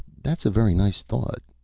that's a very nice thought,